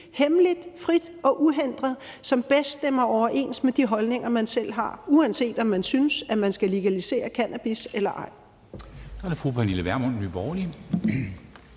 på lige præcis det parti, som bedst stemmer overens med de holdninger, man selv har – uanset om man synes, at cannabis skal legaliseres eller ej.